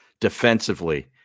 defensively